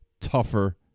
tougher